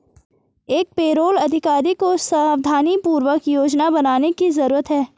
एक पेरोल अधिकारी को सावधानीपूर्वक योजना बनाने की जरूरत है